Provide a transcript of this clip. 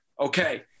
okay